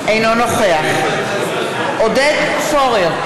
אינו נוכח עודד פורר,